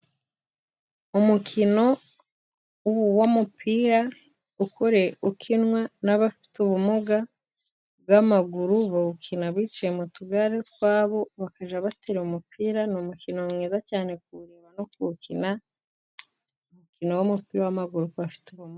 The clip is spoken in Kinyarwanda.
Umukino w'umupira ukinwa n'abafite ubumuga bw'amaguru bawukina bicaye mu tugare twabo, bakajya batera umupira. Ni umukino mwiza cyane kuwureba no kuwukina. Umukino w'umupira w'amaguru kubafite ubumuga.